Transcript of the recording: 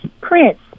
Prince